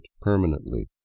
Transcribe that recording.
permanently